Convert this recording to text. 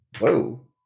whoa